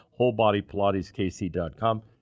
Wholebodypilateskc.com